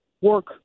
work